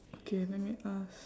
okay let me ask